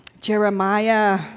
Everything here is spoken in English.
Jeremiah